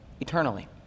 eternally